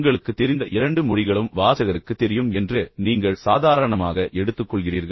உங்களுக்குத் தெரிந்த இரண்டு மொழிகளும் வாசகருக்குத் தெரியும் என்று நீங்கள் சாதாரணமாக எடுத்துக்கொள்கிறீர்கள்